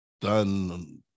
done